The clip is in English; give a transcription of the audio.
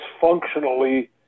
functionally